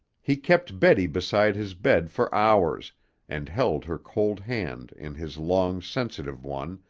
he kept betty beside his bed for hours and held her cold hand in his long, sensitive one,